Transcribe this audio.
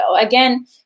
again